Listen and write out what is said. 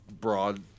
broad